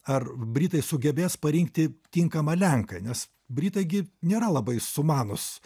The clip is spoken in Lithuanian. ar britai sugebės parinkti tinkamą lenką nes britai gi nėra labai sumanūs